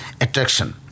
attraction